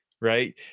right